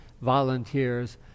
volunteers